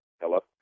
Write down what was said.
Hello